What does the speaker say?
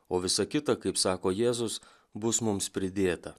o visa kita kaip sako jėzus bus mums pridėta